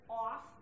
off